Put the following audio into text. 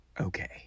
okay